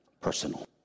personal